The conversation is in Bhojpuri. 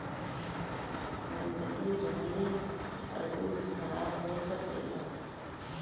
गन्दगी रहले पर दूध खराब हो सकेला